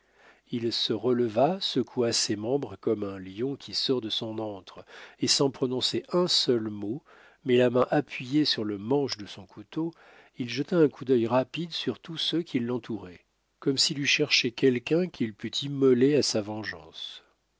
il se releva secoua ses membres comme un lion qui sort de son antre et sans prononcer un seul mot mais la main appuyée sur le manche de son couteau il jeta un coup d'œil rapide sur tous ceux qui l'entouraient comme s'il eût cherché quelqu'un qu'il pût immoler à sa vengeance